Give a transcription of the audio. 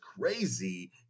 crazy